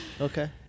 Okay